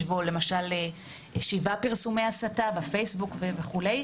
בו למשל שבעה פרסומי הסתה בפייסבוק וכדומה,